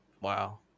Wow